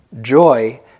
Joy